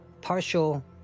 partial